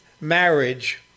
marriage